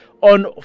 on